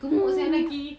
mm